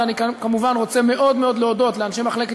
ואני כמובן רוצה מאוד מאוד להודות לאנשי מחלקת